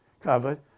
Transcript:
covered